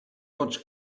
watch